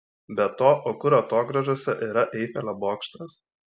be to o kur atogrąžose yra eifelio bokštas